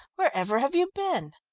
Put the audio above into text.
wherever have you been?